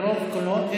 ברוב קולות,